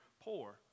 poor